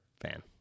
fan